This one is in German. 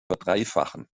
verdreifachen